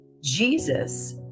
Jesus